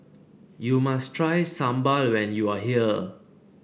you must try sambal when you are here